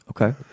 Okay